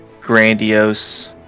grandiose